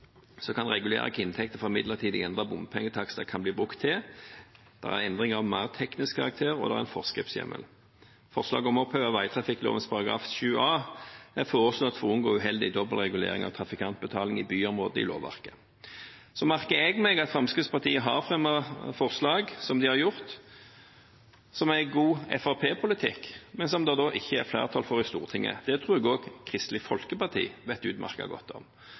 kan regulere hva inntekter fra midlertidig endrede bompengetakster kan brukes til, det er endringer av mer teknisk karakter, og det er en forskriftshjemmel. Forslaget om å oppheve vegtrafikkloven § 7 a er foreslått for å unngå uheldig dobbelregulering av trafikantbetaling i byområder i lovverket. Så merker jeg meg at Fremskrittspartiet har fremmet forslag som er god Fremskrittsparti-politikk, men som det ikke er flertall for i Stortinget. Det tror jeg også Kristelig Folkeparti vet utmerket godt.